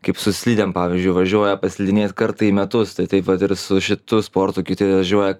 kaip su slidėm pavyzdžiui važiuoja paslidinėt kartą į metus tai taip vat ir su šitu sportu kiti važiuoja